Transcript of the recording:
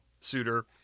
suitor